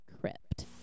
Crypt